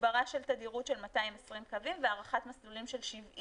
הגברה של תדירות של 220 קווים והארכת מסלולים של 75